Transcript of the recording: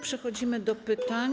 Przechodzimy do pytań.